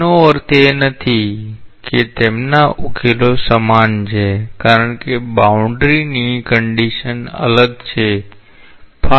તેનો અર્થ એ નથી કે તેમના ઉકેલો સમાન છે કારણ કે બાઊન્ડ્રીની કંડિશન અલગ છે